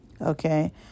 okay